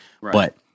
but-